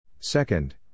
Second